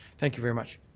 thank you very much.